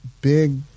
Big